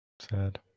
Sad